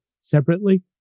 separately